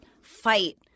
fight